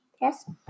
yes